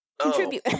contribute